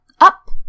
up